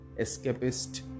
escapist